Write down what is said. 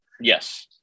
Yes